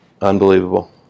Unbelievable